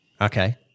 Okay